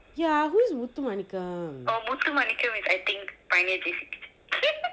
ya who's muthu maanikkam